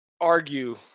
argue